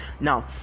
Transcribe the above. now